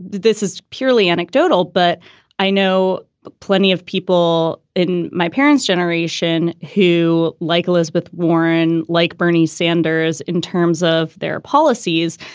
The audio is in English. this is purely anecdotal, but i know plenty of people in my parents generation who like elizabeth warren, like bernie sanders in terms of their policies,